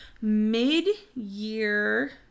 mid-year